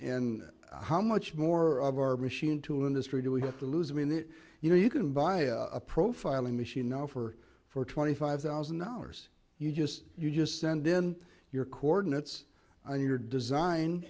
and how much more of our machine tool industry do we have to lose i mean it you know you can buy a profiling machine offer for twenty five thousand dollars you just you just send in your coordinates on your design